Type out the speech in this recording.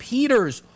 Peters